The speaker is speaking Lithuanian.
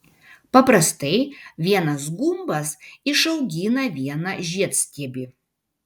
paprastai vienas gumbas išaugina vieną žiedstiebį